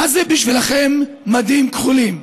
מה זה בשבילכם מדים כחולים?